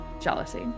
Jealousy